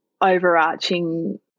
overarching